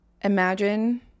Imagine